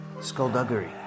skullduggery